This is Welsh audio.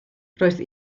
roedd